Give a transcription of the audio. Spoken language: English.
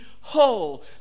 whole